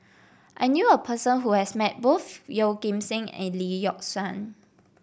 I knew a person who has met both Yeoh Ghim Seng and Lee Yock Suan